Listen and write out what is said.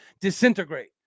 disintegrate